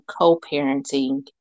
co-parenting